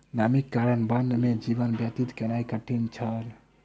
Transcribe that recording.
नमीक कारणेँ वन में जीवन व्यतीत केनाई कठिन छल